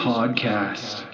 Podcast